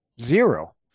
Zero